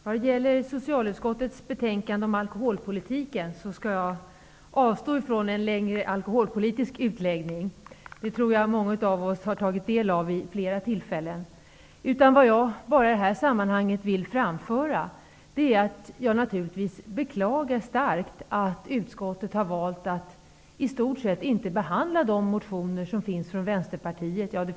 Herr talman! Jag skall avstå från en längre alkoholpolitisk utläggning med anledning av socialutskottets betänkande om alkoholpolitiken. Den politiken tror jag att många av oss har tagit del av vid flera tillfällen. I det här sammanhanget vill jag bara framföra att jag naturligtvis starkt beklagar att utskottet har valt att i stort sett inte behandla den motion som Vänsterpartiet har väckt.